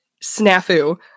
snafu